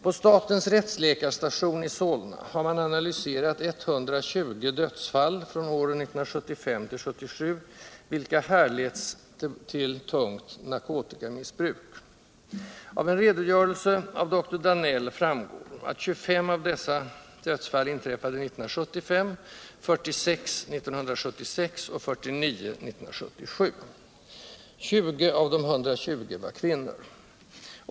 På statens rättsläkarstation i Solna har man analyserat 120 dödsfall från - Nr 160 åren 1975-1977, vilka härletts till tungt narkotikamissbruk. Av en redogö Torsdagen den relse av doktor Danell framgår att 25 av dessa inträffade år 1975, 46 år 1976 1 juni 1978 och 49 fall år 1977. 20 av de 120 var kvinnor.